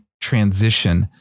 transition